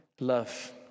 love